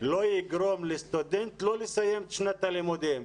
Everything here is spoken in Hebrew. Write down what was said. לא יגרום לסטודנט לא לסיים את שנת הלימודים.